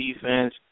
defense